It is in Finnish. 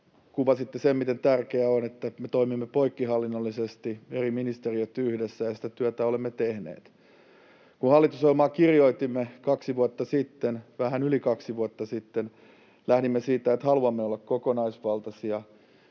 kuvasitte sen, miten tärkeää on, että me toimimme poikkihallinnollisesti, eri ministeriöt yhdessä, ja sitä työtä olemme tehneet. Kun hallitusohjelmaa kirjoitimme vähän yli kaksi vuotta sitten, lähdimme siitä, että haluamme olla kokonaisvaltaisia.